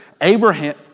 Abraham